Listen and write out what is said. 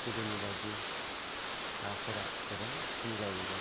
गोदोनि बायदि नाफोरा गोबां खम जाबोबाय